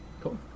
cool